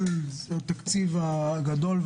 מאוד הפריע שזה התמקד שם באיזושהי שורה בכל התקציב הגדול,